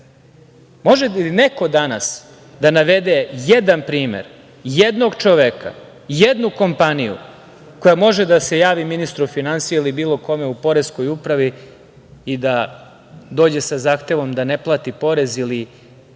li neko danas da navede jedan primer, jednog čoveka, jednu kompaniju koja može da se javni ministru finansija ili bilo kome u Poreskoj upravi i da dođe sa zahtevom da ne plati porez ili